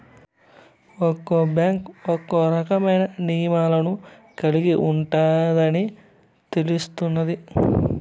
ఒక్క బ్యాంకు ఒక్కో రకమైన నియమాలను కలిగి ఉంటాయని తెలుస్తున్నాది